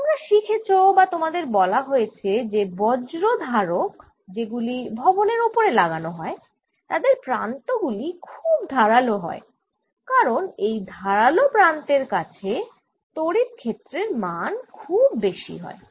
তোমরা শিখেছ বা তোমাদের বলা হয়েছে যে বজ্রধারক যেগুলি ভবনের ওপরে লাগানো হয় তাদের প্রান্ত গুলি খুব ধারাল হয় কারণ এই ধারাল প্রান্তের কাছে তড়িৎ ক্ষেত্রের মান খুব বেশি হয়